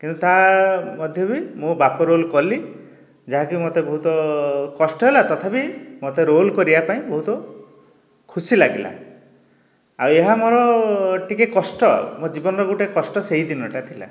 କିନୁ ତା ମଧ୍ୟ ବି ମୁଁ ବାପ ରୋଲ କଲି ଯାହାକି ମତେ ବହୁତ କଷ୍ଟ ହେଲା ତଥାପି ମତେ ରୋଲ କରିବାପାଇଁ ବହୁତ ଖୁସି ଲାଗିଲା ଆଉ ଏହା ମୋର ଟିକେ କଷ୍ଟ ମୋ ଜୀବନର ଗୋଟେ କଷ୍ଟ ସେଇ ଦିନଟା ଥିଲା